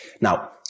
Now